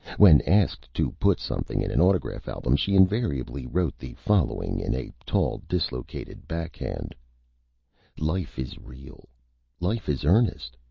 when asked to put something in an autograph album she invariably wrote the following, in a tall, dislocated back-hand life is real life is earnest,